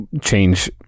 change